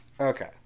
Okay